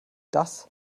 das